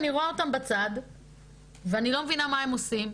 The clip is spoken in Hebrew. אני רואה אותם בצד ואני לא מבינה מה הם עושים.